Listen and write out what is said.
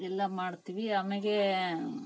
ಎಲ್ಲ ಮಾಡ್ತೀವಿ ಆಮೇಲೆ